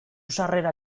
sarrera